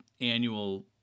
annual